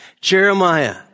Jeremiah